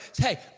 Hey